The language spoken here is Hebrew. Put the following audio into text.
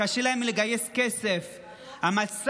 קשה להן לגייס כסף.